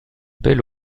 belle